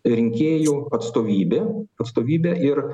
rinkėjų atstovybė atstovybė ir